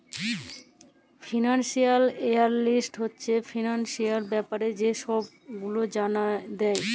financial analyst হছে financial ব্যাপারে যে ছব গুলা জালায় দেই